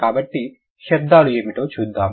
కాబట్టి శబ్దాలు ఏమిటో చూద్దాం